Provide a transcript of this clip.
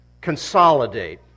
consolidate